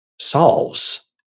solves